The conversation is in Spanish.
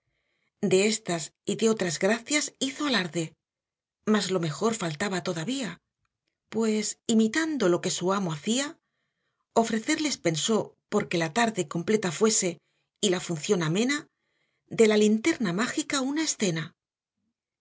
de éstas y de otras gracias hizo alarde mas lo mejor faltaba todavía pues imitando lo que su amo hacía ofrecerles pensó porque la tarde completa fuese y la función amena de la linterna mágica una escena